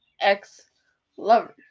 ex-lovers